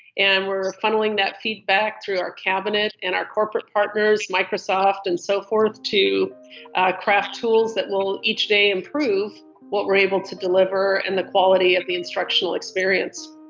and we're funneling that feedback through our cabinet and our corporate partners, microsoft and so forth, to craft tools that will each day improve what we're able to deliver and the quality of the instructional experience